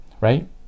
right